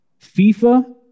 FIFA